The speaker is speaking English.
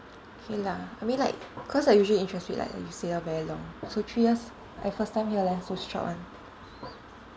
K lah I mean like cause like usually interest rate like you say lor very long so three years I first time hear leh so short [one]